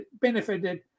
benefited